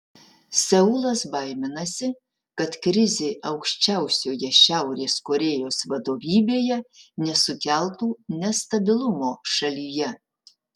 seulas baiminasi kad krizė aukščiausioje šiaurės korėjos vadovybėje nesukeltų nestabilumo šalyje